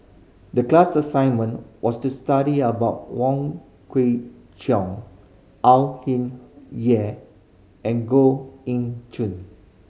the class assignment was to study about Wong Kwei Cheong Au Hing Yeh and Goh Eng Choo